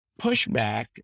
pushback